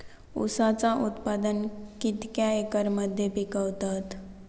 ऊसाचा उत्पादन कितक्या एकर मध्ये पिकवतत?